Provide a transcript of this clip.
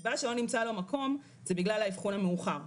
הסיבה שלא נמצא לו מקום זה בגלל האבחון המאוחר.